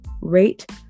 rate